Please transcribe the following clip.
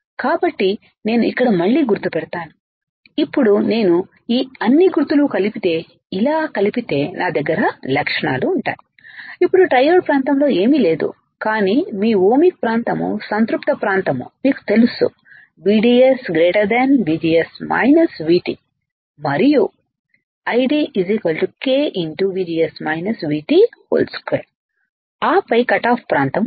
కాబట్టి నేను ఇక్కడ మళ్ళీ గుర్తు పెడతాను ఇప్పుడు నేను ఈ అన్నిగుర్తులు కలిపితే ఇలా కలిపితే నా దగ్గర లక్షణాలు ఉంటాయి ఇప్పుడు ట్రయోడ్ ప్రాంతంలో ఏమీ లేదు కానీ మీ ఓహ్మిక్ ప్రాంతం సంతృప్త ప్రాంతం మీకు తెలుసు VDS VGS VT మరియు ID k2 ఆపై కట్ ఆఫ్ ప్రాంతం ఉంది